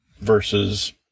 versus